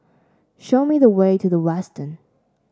show me the way to The Westin